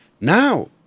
Now